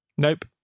Nope